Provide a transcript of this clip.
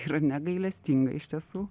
yra negailestinga iš tiesų